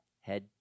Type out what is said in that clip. head